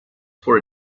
for